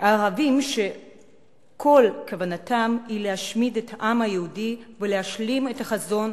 הערבים שכל כוונתם היא להשמיד את העם היהודי ולהשלים את החזון